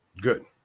Good